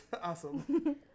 Awesome